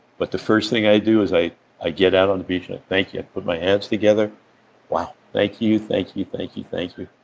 but the first thing i do is, i i get out on the beach and thank you, but my hands together wow, thank you, thank you, thank you, thank you.